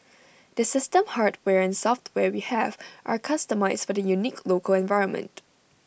the system hardware and software we have are customised for the unique local environment